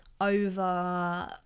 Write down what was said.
over